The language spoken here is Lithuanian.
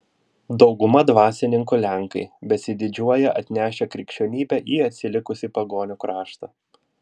dauguma dvasininkų lenkai besididžiuoją atnešę krikščionybę į atsilikusį pagonių kraštą